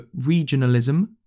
regionalism